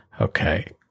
okay